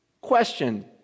question